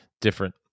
different